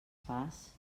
fas